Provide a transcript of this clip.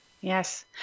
Yes